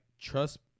trust